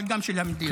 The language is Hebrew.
אבל גם של המדינה.